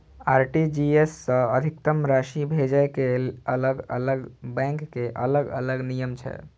RTGS सं अधिकतम राशि भेजै के अलग अलग बैंक के अलग अलग नियम छै